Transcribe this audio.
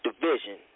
Division